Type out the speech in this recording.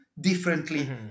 differently